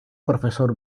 profesor